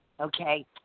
Okay